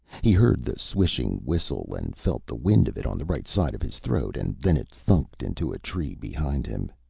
he heard the swishing whistle and felt the wind of it on the right side of his throat and then it thunked into a tree behind him.